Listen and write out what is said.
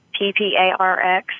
PPARX